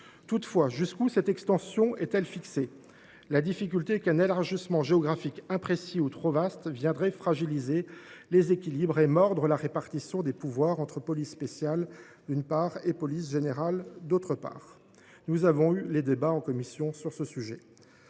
Toutefois, jusqu’où cette extension est elle fixée ? La difficulté est qu’un élargissement géographique imprécis ou trop vaste viendrait fragiliser les équilibres et altérer la répartition des pouvoirs entre police spéciale, d’une part, et police générale, d’autre part. Nous avons eu des débats en commission sur ce sujet.